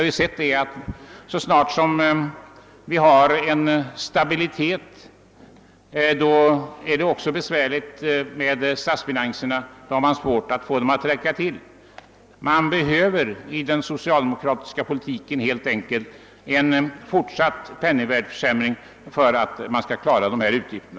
Så snart det råder stabilitet i fråga om penningvärdet blir det också besvärligt med statsfinanserna — staten har då svårt att få pengarna att räcka till. För den socialdemokratiska politiken behövs en fortsatt penningvärdeförsämring, annars klarar man inte utgifterna.